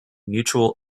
mutual